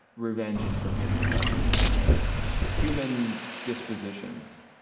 revenge and forgiveness in as human dispositions.